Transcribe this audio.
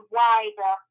wider